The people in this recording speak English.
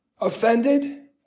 offended